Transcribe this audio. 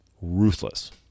ruthless